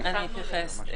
אני אתייחס.